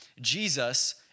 Jesus